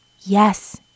Yes